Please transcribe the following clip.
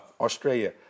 Australia